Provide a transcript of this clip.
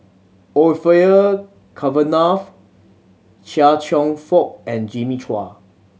Orfeur Cavenagh Chia Cheong Fook and Jimmy Chua